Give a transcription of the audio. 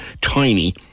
tiny